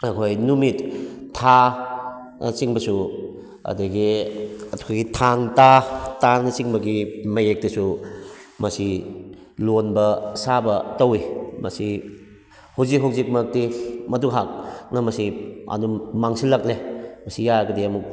ꯑꯩꯈꯣꯏ ꯅꯨꯃꯤꯠ ꯊꯥꯅꯆꯤꯡꯕꯁꯨ ꯑꯗꯨꯗꯒꯤ ꯑꯩꯈꯣꯏꯒꯤ ꯊꯥꯡ ꯇꯥꯥ ꯇꯥꯡ ꯆꯤꯡꯕꯒꯤ ꯃꯥꯌꯦꯛꯇꯁꯨ ꯃꯁꯤ ꯂꯣꯟꯕ ꯁꯥꯕ ꯇꯧꯏ ꯃꯁꯤ ꯍꯧꯖꯤꯛ ꯍꯧꯖꯤꯛꯃꯛꯇꯤ ꯃꯗꯨ ꯍꯥꯛꯅ ꯃꯁꯤ ꯑꯗꯨꯝ ꯃꯥꯡꯁꯤꯜꯂꯛꯂꯦ ꯃꯁꯤ ꯌꯥꯔꯒꯗꯤ ꯑꯃꯨꯛ